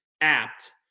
apt